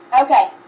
Okay